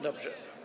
Dobrze.